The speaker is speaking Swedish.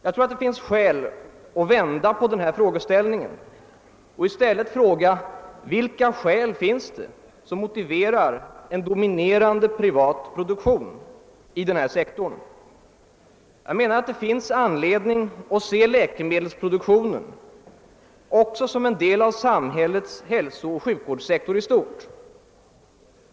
Jag tror att det finns skäl att vända på problemställningen och i stället fråga vad som motiverar en dominerande privat produktion inom läkemedelsindustrin. Enligt min uppfattning är det anledning att betrakta läkemedelsproduktionen som en del av samhällets hälsooch sjukvårdssektor i stort.